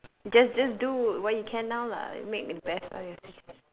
just just do what you can now lah make the best out of your situation